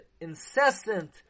incessant